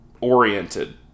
oriented